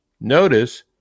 Notice